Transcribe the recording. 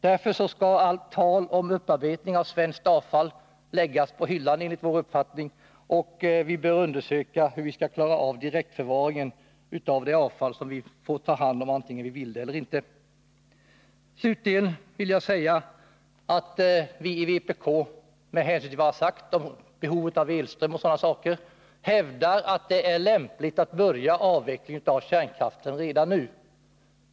Därför skall allt tal om upparbetning av svenskt avfall enligt vår mening läggas på hyllan, och vi bör undersöka hur vi skall klara en direktförvaring av det avfall som vi får ta hand om vare sig vi vill det eller inte. Till slut vill jag säga att vi i vpk med hänsyn till vad jag sagt om behovet av elström m.m. hävdar att det är lämpligt att börja en avveckling av kärnkraften redan nu.